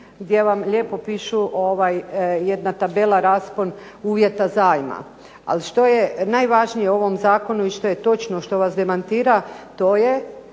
gdje vam lijepo piše jedna tabela raspon uvjeta zajma, ali što je najvažnije u ovom Zakonu, što je točno, što vas demantira a to je